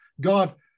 God